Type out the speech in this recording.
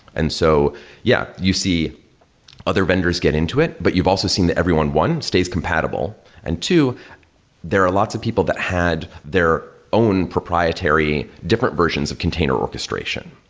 and so yeah, you see other vendors get into it, but you've also seen that everyone, one, stays compatible. and two, there are lots of people that had their own proprietary different versions of container orchestration.